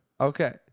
Okay